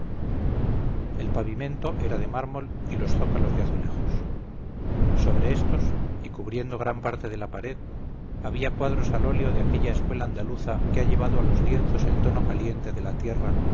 el pavimento era de mármol y los zócalos de azulejos sobre estos y cubriendo granparte de la pared había cuadros al óleo de aquella escuela andaluza que ha llevado a los lienzos el tono caliente de la tierra